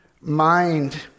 mind